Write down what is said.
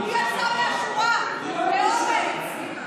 הוא יצא מהשורה, מאומ"ץ.